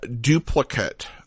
duplicate